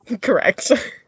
Correct